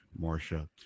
Marcia